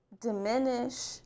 diminish